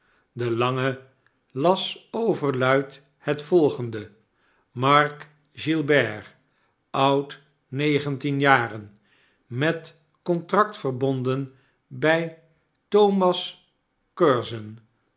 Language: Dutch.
voort demange las overluid het volgende mark gilbert oudnegentien jaren met contract verbonden bij thomas curzon